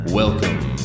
welcome